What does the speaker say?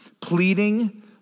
pleading